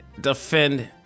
defend